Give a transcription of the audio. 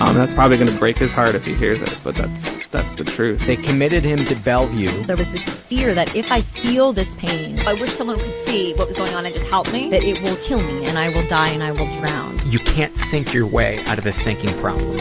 um that's probably going to break his heart hears it, but that's that's the truth. they committed him to bellevue. there was this fear that if i feel this pain. i wish someone could see what was going on and just help me. that it will kill me, and i will die and i will drown. you can't think your way out of a thinking problem.